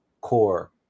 core